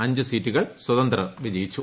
അഞ്ചു സീറ്റുകളിൽ സ്വതന്ത്രർ വിജയിച്ചു